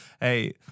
hey